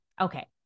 Okay